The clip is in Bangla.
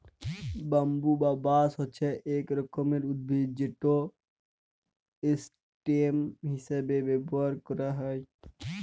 ব্যাম্বু বা বাঁশ হছে ইক রকমের উদ্ভিদ যেট ইসটেম হিঁসাবে ব্যাভার ক্যারা হ্যয়